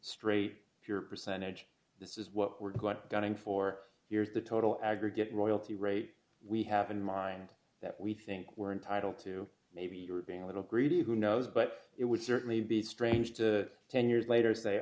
straight here percentage this is what we're got done in four years the total aggregate royalty rate we have in mind that we think we're entitled to maybe you're being a little greedy who knows but it would certainly be strange to ten years later